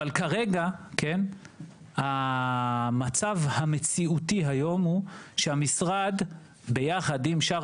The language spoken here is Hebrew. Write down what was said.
אבל כרגע המצב המציאותי היום שהמשרד ביחד עם שאר